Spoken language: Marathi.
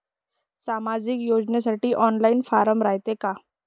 सामाजिक योजनेसाठी ऑनलाईन फारम रायते का?